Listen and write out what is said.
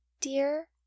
Dear